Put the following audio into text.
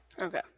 okay